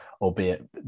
albeit